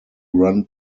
run